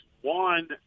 one